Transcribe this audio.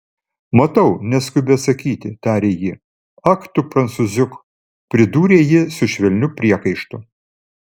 matau neskubi atsakyti tarė ji ak tu prancūziuk pridūrė ji su švelniu priekaištu